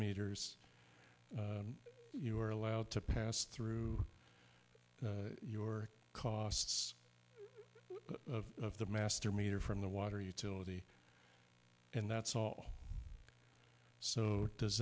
tters you are allowed to pass through your costs of the master meter from the water utility and that's all so does